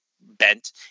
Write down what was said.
bent